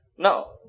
Now